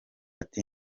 ati